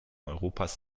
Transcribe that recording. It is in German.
europas